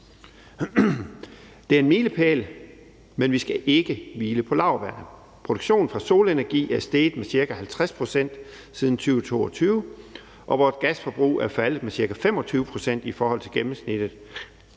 Det er en milepæl, men vi skal ikke hvile på laurbærrene. Produktionen fra solenergi er steget med ca. 50 pct. siden 2022, og vores gasforbrug er faldet med ca. 25 pct. i forhold til gennemsnittet